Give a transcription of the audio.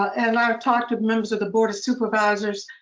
and i've talked to members of the board of supervisors,